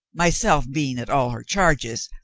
myself being at all her charges,